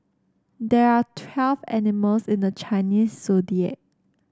there are twelve animals in the Chinese Zodiac